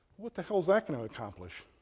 what the hell is that going to accomplish?